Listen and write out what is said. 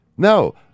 No